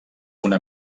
una